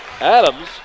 Adams